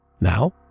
Now